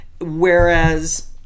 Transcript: whereas